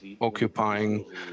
occupying